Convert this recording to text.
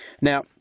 Now